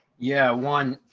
yeah, one,